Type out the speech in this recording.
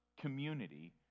community